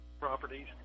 properties